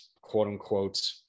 quote-unquote